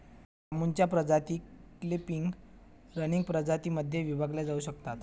बांबूच्या प्रजाती clumping, running प्रजातीं मध्ये विभागल्या जाऊ शकतात